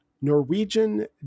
Norwegian